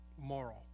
moral